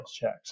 checks